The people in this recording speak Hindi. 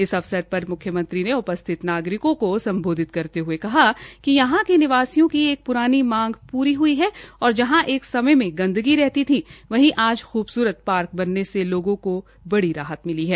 इस अवसर पर म्ख्यमंत्री ने उपस्थित नागरिकों को सम्बोधित करते हये कहा कि यहां के निवासियों की एक प्रानी मांग पूरी हई है और जहां एक समय में गंदगी रहती थी वहां आज खूबसूरत पार्क बनने से लोगों को बड़ी राहत मिली है